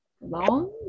long